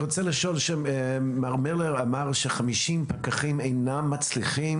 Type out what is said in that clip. מר מילר אמר ש-50 פקחים אינם מצליחים